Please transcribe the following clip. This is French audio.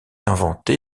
inventé